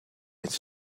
its